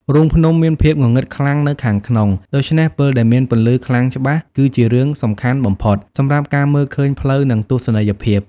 រូងភ្នំមានភាពងងឹតខ្លាំងនៅខាងក្នុង ដូច្នេះពិលដែលមានពន្លឺខ្លាំងច្បាស់គឺជារឿងសំខាន់បំផុតសម្រាប់ការមើលឃើញផ្លូវនិងទស្សនីយភាព។